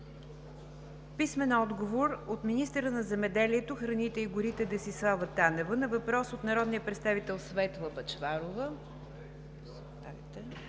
Анна Славова; - министъра на земеделието, храните и горите Десислава Танева на въпрос от народния представител Светла Бъчварова;